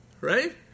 right